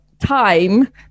time